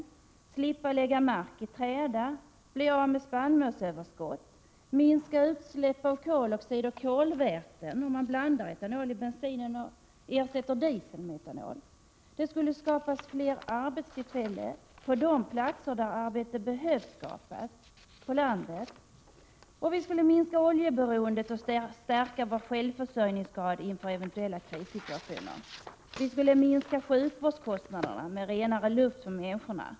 Vi skulle slippa lägga mark i träda, bli av med spannmålsöverskott och minska utsläpp av koloxid och kolväten om man blandade etanol i bensinen och ersatte diesel med etanol. Det skulle skapas fler arbetstillfällen på landet på de platser där arbete behövs. Vi skulle minska oljeberoendet och stärka vår självförsörjningsgrad inför eventuella krissituationer. Vi skulle kunna minska sjukvårdskostnaderna genom renare luft för människorna.